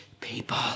people